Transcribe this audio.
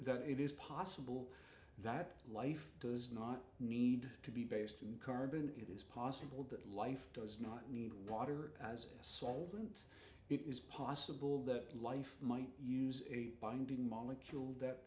that it is possible that life does not need to be based on carbon it is possible that life does not need water as a solvent it is possible that life might use a binding molecule that